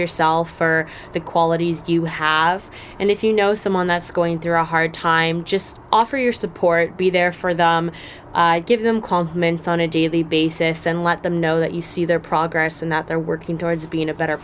yourself for the qualities do you have and if you know someone that's going through a hard time just offer your support be there for give them called meant on a daily basis and let them know that you see their progress and that they're working towards being a better